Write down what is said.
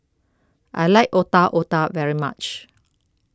I like Otak Otak very much